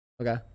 Okay